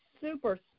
super